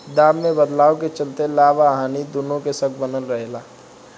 दाम में बदलाव के चलते लाभ आ हानि दुनो के शक बनल रहे ला